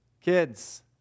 kids